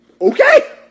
okay